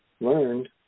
learned